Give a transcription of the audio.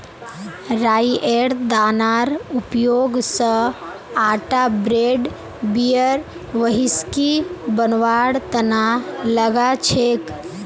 राईयेर दानार उपयोग स आटा ब्रेड बियर व्हिस्की बनवार तना लगा छेक